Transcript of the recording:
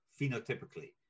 phenotypically